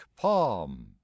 palm